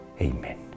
Amen